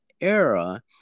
era